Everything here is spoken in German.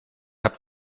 habe